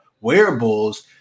wearables